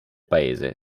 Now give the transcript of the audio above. paese